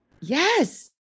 yes